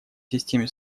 системе